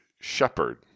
shepherd